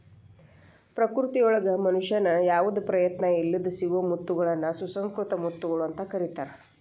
ಪ್ರಕೃತಿಯೊಳಗ ಮನುಷ್ಯನ ಯಾವದ ಪ್ರಯತ್ನ ಇಲ್ಲದ್ ಸಿಗೋ ಮುತ್ತಗಳನ್ನ ಸುಸಂಕೃತ ಮುತ್ತುಗಳು ಅಂತ ಕರೇತಾರ